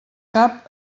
cap